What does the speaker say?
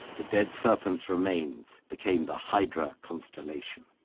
the dead serpent's remains became the hydra constellation.